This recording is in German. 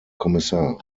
kommissar